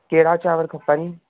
कहिड़ा चांवर खपनि